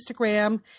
Instagram